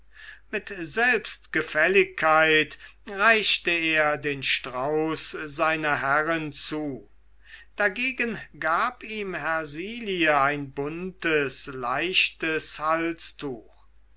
mit selbstgefälligkeit reichte er den strauß seiner herrin zu dagegen gab ihm hersilie ein buntes leichtes halstuch